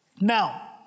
Now